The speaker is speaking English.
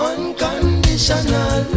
Unconditional